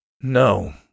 No